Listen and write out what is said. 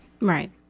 Right